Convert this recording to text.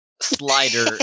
Slider